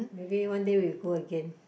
maybe one day we go again